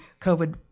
COVID